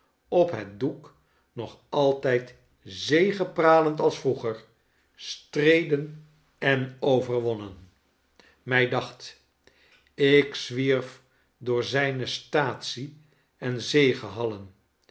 op het doek nog altijd zegepralend als vroeger streden en overwonnen mij dacht ik zwierf door zijne staatsie en zegehallen